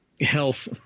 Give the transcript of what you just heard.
health